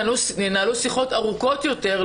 וינהלו שיחות ארוכות יותר,